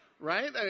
right